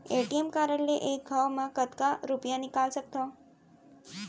ATM card ले एक घव म कतका रुपिया निकाल सकथव?